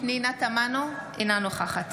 אינה נוכחת